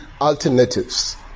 alternatives